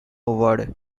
word